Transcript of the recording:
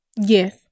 Yes